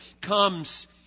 comes